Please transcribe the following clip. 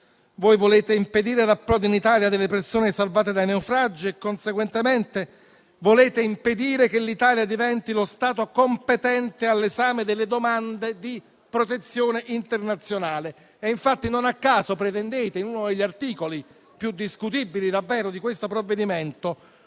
Voi volete impedire l'approdo in Italia delle persone salvate dai naufragi e, conseguentemente, impedire che l'Italia diventi lo Stato competente all'esame delle domande di protezione internazionale. Infatti, non a caso, pretendete, in uno degli articoli più discutibili di questo provvedimento,